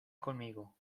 conmigo